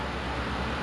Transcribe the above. mm